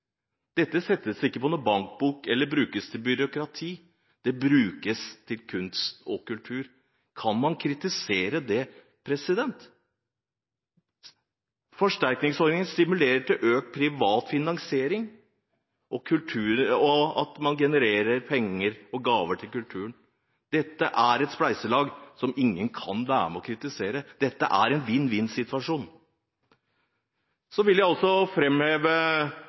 Dette settes ikke på noen bankbok eller brukes til byråkrati, det brukes til kunst og kultur. Kan man kritisere det? Forsterkningsordningen stimulerer til økt privat finansiering og at man genererer penger og gaver til kulturen. Dette er et spleiselag som ingen kan være med og kritisere. Dette er en vinn-vinn-situasjon. Jeg vil også